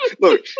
Look